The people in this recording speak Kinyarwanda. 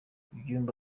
ibyumba